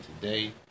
today